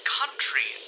country